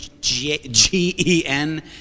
G-E-N